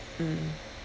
mm